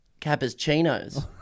Cappuccinos